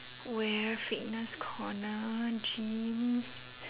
where fitness corner gyms